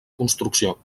construcció